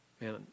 Man